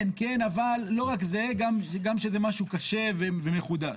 כן, אבל לא רק זה, גם שזה משהו קשה ומחודש.